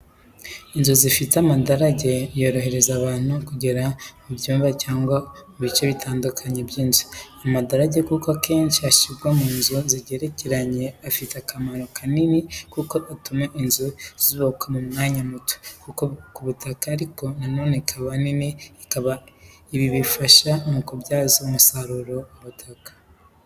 Inzu zifite amadarage yorohereza abantu kugera mu byumba cyangwa mu bice bitandukanye by'inzu. Amadarage kuko akenshi ashyirwa mu nzu zigerekeranye afite akamaro kanini kuko atuma inzu zubakwa mu mwanya muto ku butaka ariko na none ikaba nini, ibi bifasha mu kubyaza umusaruro ubutaka.